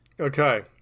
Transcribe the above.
Okay